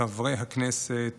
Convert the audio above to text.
חברי הכנסת